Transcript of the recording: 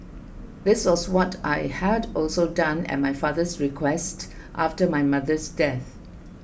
this was what I had also done at my father's request after my mother's death